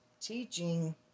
teaching